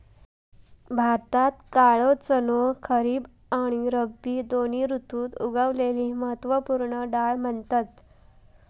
भारतात काळो चणो खरीब आणि रब्बी दोन्ही ऋतुत उगवलेली महत्त्व पूर्ण डाळ म्हणतत